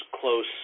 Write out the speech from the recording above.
close